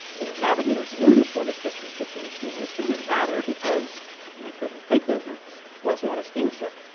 you know navigators knew the shortest distance between two routes but it didn't matter because they couldn't take those routes. once you had a steamship,